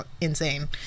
insane